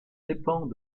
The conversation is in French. dépend